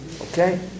okay